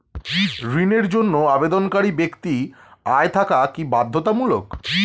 ঋণের জন্য আবেদনকারী ব্যক্তি আয় থাকা কি বাধ্যতামূলক?